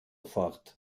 fort